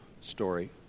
story